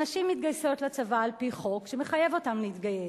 נשים מתגייסות לצבא על-פי חוק שמחייב אותן להתגייס,